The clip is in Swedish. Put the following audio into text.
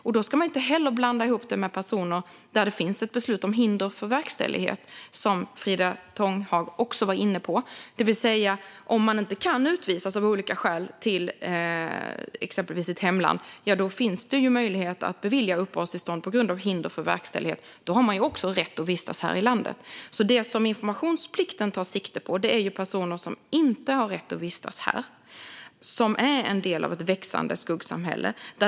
Man ska inte blanda ihop det med personer som fått beslut om hinder för verkställighet, som Frida Tånghag också var inne på. Om man av olika skäl inte kan utvisas till exempelvis ett hemland finns det möjlighet att beviljas uppehållstillstånd på grund av hinder för verkställighet. Då har man också rätt att vistas här i landet. Det som informationsplikten tar sikte på är personer som inte har rätt att vistas här och som är en del av ett växande skuggsamhälle.